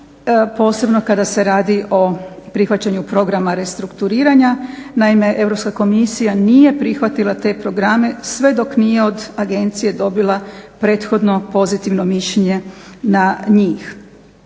posebno kada se radi o prihvaćanju programa restrukturiranja. Naime, Europska komisija nije prihvatila te programe sve dok nije od agencije dobila prethodno pozitivno mišljenje na njih.